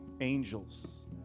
Angels